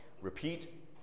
repeat